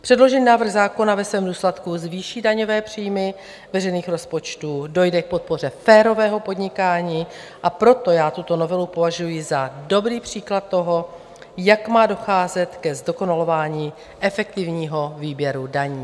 Předložený návrh zákona ve svém důsledku zvýší daňové příjmy veřejných rozpočtů, dojde k podpoře férového podnikání, a proto já tuto novelu považuji za dobrý příklad toho, jak má docházet ke zdokonalování efektivního výběru daní.